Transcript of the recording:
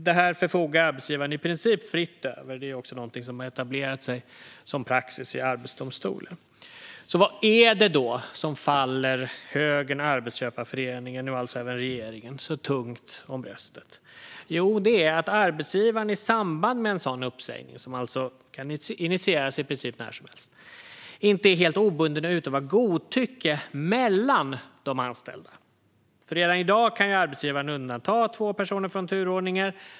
Detta förfogar arbetsgivaren i princip fritt över. Det är också någonting som har etablerat sig som praxis i Arbetsdomstolen. Vad är det då som gör att högern, arbetsköparföreningen och nu alltså även regeringen anser att detta är så tungt över bröstet? Jo, det är att arbetsgivaren i samband med en sådan uppsägning, som alltså kan initieras i princip när som helst, inte är helt obunden att utöva godtycke mellan de anställda. Redan i dag kan arbetsgivaren nämligen undanta två personer från turordningen.